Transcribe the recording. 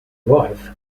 wife